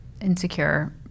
insecure